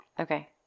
Okay